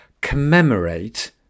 commemorate